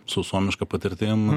su suomiška patirtim